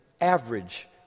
average